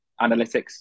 analytics